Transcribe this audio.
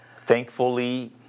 Thankfully